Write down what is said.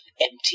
empty